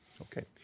Okay